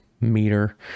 meter